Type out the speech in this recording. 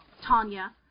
Tanya